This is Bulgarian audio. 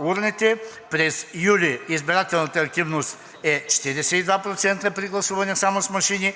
урните – през юли избирателната активност е 42% при гласуване само с машини,